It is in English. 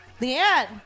Leanne